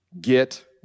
get